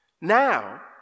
Now